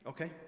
Okay